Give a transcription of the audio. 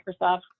Microsoft